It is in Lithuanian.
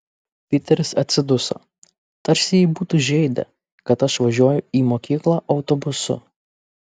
piteris atsiduso tarsi jį būtų žeidę kad aš važiuoju į mokyklą autobusu